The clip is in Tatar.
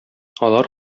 алар